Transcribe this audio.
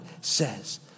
says